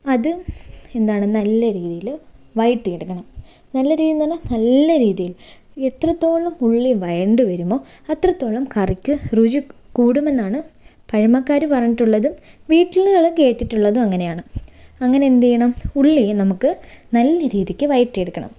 അത് എന്താണ് നല്ല രീതിയിൽ വഴറ്റിയെടുക്കണം നല്ല രീതിയെന്ന് പറഞ്ഞാൽ നല്ല രീതിയിൽ എത്രത്തോളം ഉള്ളി വഴണ്ട് വരുമോ അത്രത്തോളം കറിക്ക് രുചി കൂടുമെന്നാണ് പഴമക്കാർ പറഞ്ഞിട്ടുള്ളതും വീട്ടിലുകൾ കേട്ടിട്ടുള്ളതും അങ്ങനെയാണ് അങ്ങനെ എന്ത് ചെയ്യണം ഉള്ളിയെ നമുക്ക് നല്ല രീതിക്ക് വഴറ്റിയെടുക്കണം